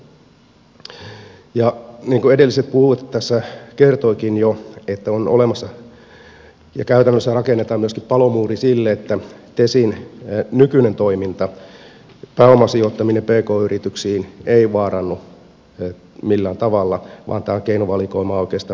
niin kuin edelliset puhujat tässä kertoivatkin jo on olemassa ja käytännössä rakennetaan myöskin palomuuri sille että tesin nykyinen toiminta pääomasijoittaminen pk yrityksiin ei vaarannu millään tavalla vaan tämä on keinovalikoimaan oikeastaan niin kuin lisä